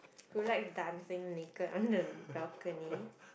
who likes dancing naked on the balcony